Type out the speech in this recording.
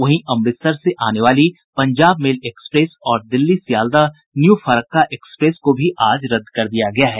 वहीं अमृतसर से आने वाली पंजाब मेल एक्सप्रेस और दिल्ली सियालदह न्यू फरक्का एक्सप्रेस को भी आज रद्द कर दिया गया है